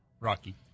Rocky